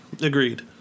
agreed